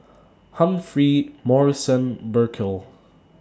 Humphrey Morrison Burkill